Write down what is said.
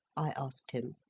i asked him.